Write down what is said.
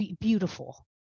beautiful